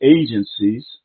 agencies